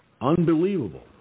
unbelievable